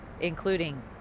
including